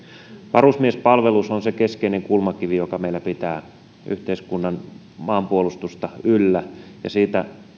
varusmiespalvelus on se keskeinen kulmakivi joka meillä pitää yhteiskunnan maanpuolustusta yllä ja siitä